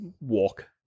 walk